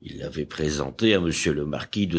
il l'avait présenté à m le marquis de